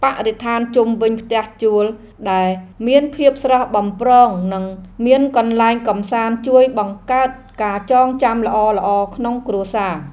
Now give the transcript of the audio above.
បរិស្ថានជុំវិញផ្ទះជួលដែលមានភាពស្រស់បំព្រងនិងមានកន្លែងកម្សាន្តជួយបង្កើតការចងចាំល្អៗក្នុងគ្រួសារ។